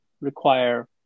require